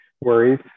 worries